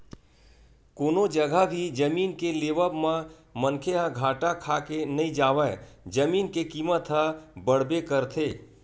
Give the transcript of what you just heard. कोनो जघा भी जमीन के लेवब म मनखे ह घाटा खाके नइ जावय जमीन के कीमत ह बड़बे करथे